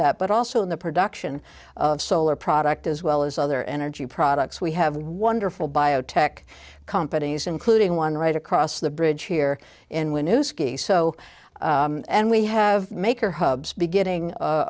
that but also in the production of solar product as well as other energy products we have wonderful biotech companies including one right across the bridge here in when you ski so and we have maker hubs beginning